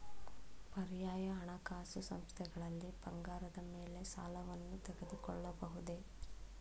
ಪರ್ಯಾಯ ಹಣಕಾಸು ಸಂಸ್ಥೆಗಳಲ್ಲಿ ಬಂಗಾರದ ಮೇಲೆ ಸಾಲವನ್ನು ತೆಗೆದುಕೊಳ್ಳಬಹುದೇ?